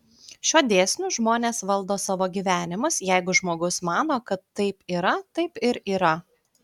šiuo dėsniu žmonės valdo savo gyvenimus jeigu žmogus mano kad taip yra taip ir yra